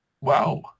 Wow